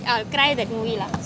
I'll cry in the movie lah